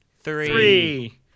three